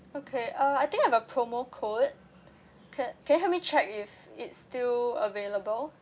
okay uh I think I have a promo code ca~ can you help me check if it's still available